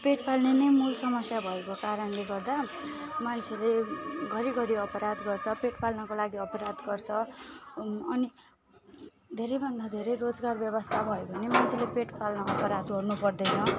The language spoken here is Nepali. पेट पाल्ने नै मुल समस्या भएको कारणले गर्दा मान्छेले घरी घरी अपराध गर्छ पेट पाल्नको लागी अपराध गर्छ अनि धेरैभन्दा धेरै रोजगार व्यवस्था भयो भने मान्छेले पेट पाल्न अपराध गर्नु पर्दैन